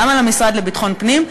גם על המשרד לביטחון פנים,